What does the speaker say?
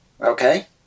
Okay